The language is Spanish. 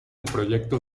proyecto